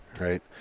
right